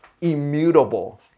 immutable